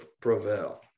prevail